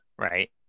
right